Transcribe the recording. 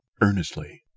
earnestly